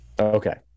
okay